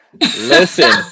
Listen